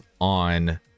on